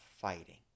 fighting